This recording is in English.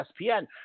ESPN